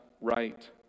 right